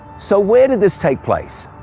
so where did this take place?